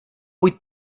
vuit